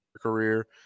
career